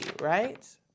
right